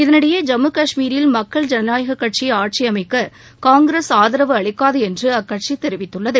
இதனிடையே ஜம்மு கஷ்மீரில் மக்கள் ஜனநாயக கட்சி ஆட்சி அமைக்க காங்கிரஸ் ஆதரவு அளிக்காது என்று அக்கட்சி தெரிவித்துள்ளது